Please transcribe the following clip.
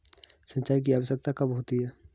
सिंचाई की आवश्यकता कब होती है?